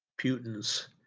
Putin's